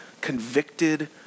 convicted